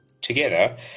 together